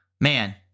man